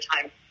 time